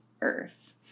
earth